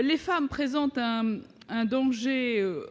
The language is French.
les femmes présentant un danger